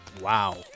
Wow